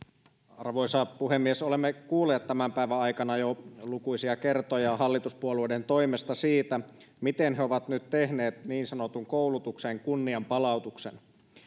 arvoisa puhemies olemme kuulleet tämän päivän aikana jo lukuisia kertoja hallituspuolueiden toimesta siitä miten he ovat nyt tehneet niin sanotun koulutuksen kunnianpalautuksen